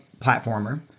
platformer